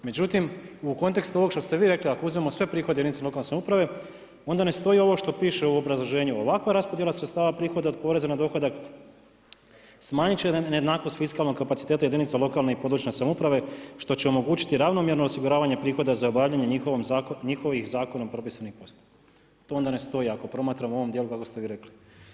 Međutim u kontekstu ovog što ste vi rekli, ako uzmemo sve prihode jedinice lokalne samouprave onda ne stoji ovo što piše u obrazloženju, ovakva raspodjela sredstava prihoda od poreza na dohodak smanjiti će nejednakost fiskalnog kapaciteta jedinica lokalne i područne samouprave što će omogućiti ravnomjerno osiguravanje prihoda za obavljanje njihovih zakonom propisanih … To onda ne stoji ako promatramo u ovom dijelu kako ste vi rekli.